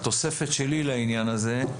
התוספת שלי לעניין הזה,